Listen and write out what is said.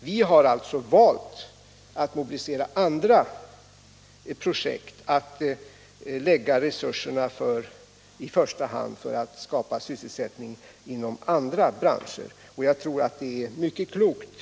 Vi har valt att mobilisera andra projekt, att använda resurserna för att i första hand skapa sysselsättning inom andra branscher, och jag tror att det är mycket klokt.